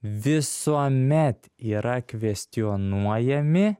visuomet yra kvestionuojami